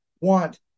want